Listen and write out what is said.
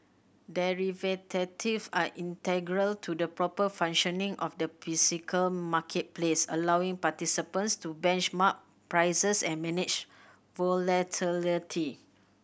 are integral to the proper functioning of the marketplace allowing participants to benchmark prices and manage volatility